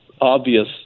obvious